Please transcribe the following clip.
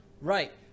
right